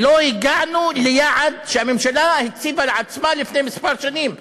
לא הגענו ליעד שהממשלה הציבה לעצמה לפני כמה שנים,